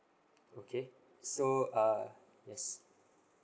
okay so err yes